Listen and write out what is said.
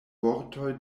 vortoj